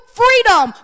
freedom